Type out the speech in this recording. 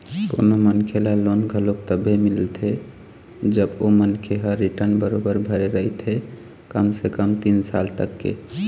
कोनो मनखे ल लोन घलोक तभे मिलथे जब ओ मनखे ह रिर्टन बरोबर भरे रहिथे कम से कम तीन साल तक के